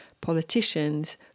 politicians